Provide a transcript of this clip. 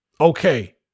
okay